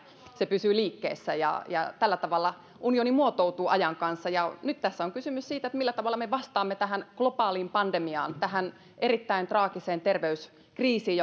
se pysyy liikkeessä ja ja tällä tavalla unioni muotoutuu ajan kanssa nyt tässä on kysymys siitä millä tavalla me vastaamme tähän globaaliin pandemiaan tähän erittäin traagiseen terveyskriisiin